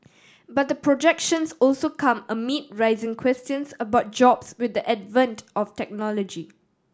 but the projections also come amid rising questions about jobs with the advent of technology